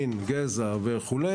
מין, גזע וכו'